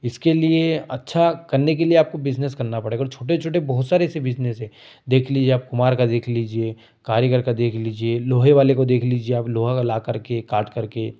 इसके लिए अच्छा करने के लिए आपको बिजनेस करना पड़ेगा और छोटे छोटे बहुत सारे ऐसे बिजनेस हैं देख लीजिये आप कुम्हार का देख लीजिए कारीगर का देख लीजिए लोहे वाले को देख लीजिए आप लोहा आ लाकर के काटकर के